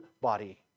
body